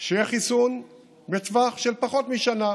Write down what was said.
ושיהיה חיסון בטווח של פחות משנה.